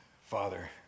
Father